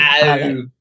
no